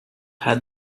had